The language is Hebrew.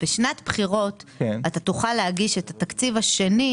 בשנת בחירות אתה תוכל להגיש את התקציב השני,